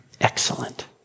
excellent